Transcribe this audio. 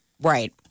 Right